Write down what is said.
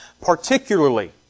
Particularly